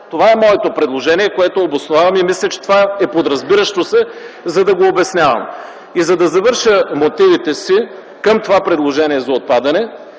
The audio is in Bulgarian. Това е моето предложение, което обосновавам и мисля, че това е подразбиращо се, за да го обяснявам. За да завърша мотивите си към това предложение за отпадане,